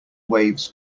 waves